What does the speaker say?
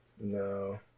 No